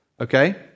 Okay